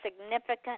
significant